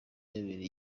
yabereye